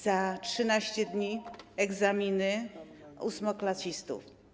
Za 13 dni egzaminy ósmoklasistów.